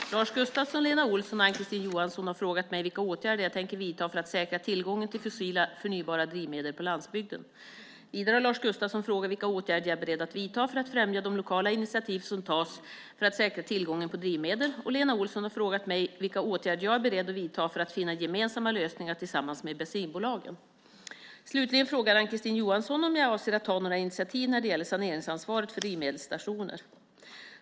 Herr talman! Lars Gustafsson, Lena Olsson och Ann-Kristine Johansson har frågat mig vilka åtgärder jag tänker vidta för att säkra tillgången till fossila och förnybara drivmedel på landsbygden. Vidare har Lars Gustafsson frågat vilka åtgärder jag är beredd att vidta för att främja de lokala initiativ som tas för att säkra tillgången på drivmedel, och Lena Olsson har frågat mig vilka åtgärder jag är beredd att vidta för att finna gemensamma lösningar tillsammans med bensinbolagen. Slutligen frågar Ann-Kristine Johansson om jag avser att ta några initiativ när det gäller saneringsansvaret för drivmedelsstationer.